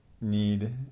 need